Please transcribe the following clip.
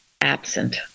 absent